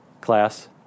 Class